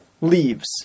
leaves